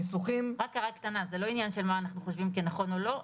רק הערה קטנה: זה לא עניין של מה אנחנו חושבים שנכון או לא.